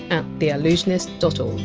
at theallusionist dot o